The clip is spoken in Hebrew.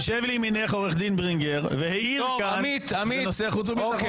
עורך דין ברינגר והוא העיר כאן בנושא חוץ וביטחון.